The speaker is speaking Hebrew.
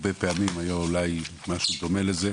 הרבה פעמים שהיה אולי משהו דומה לזה,